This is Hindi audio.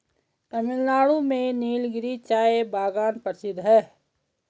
तमिलनाडु में नीलगिरी चाय बागान प्रसिद्ध है